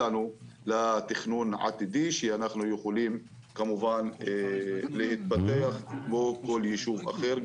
לתכנון עתידי כדי שנוכל להתפתח כמו כל יישוב אחר.